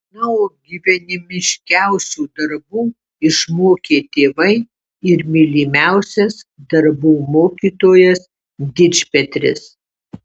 na o gyvenimiškiausių darbų išmokė tėvai ir mylimiausias darbų mokytojas dičpetris